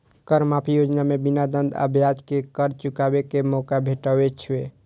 कर माफी योजना मे बिना दंड आ ब्याज के कर चुकाबै के मौका भेटै छै